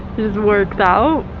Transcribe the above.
works out,